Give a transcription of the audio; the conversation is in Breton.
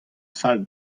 fall